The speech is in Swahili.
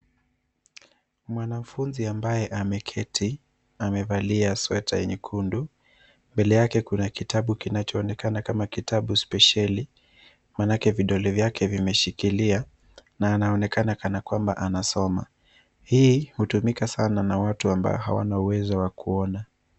Mwanafunzi ambaye ameketi amevalia sweta nyekundu. Mbele yake kuna kitabu kinachoonekana kama kitabu spesheli maanake vidole vyake vimeshikilia na anaonekana kama kwamba anasoma. Hii hutumika sana na watu ambao hawana uwezo wa kuona.